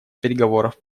переговоров